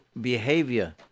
behavior